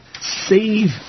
save